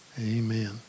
Amen